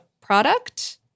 product